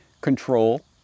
control